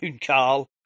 Carl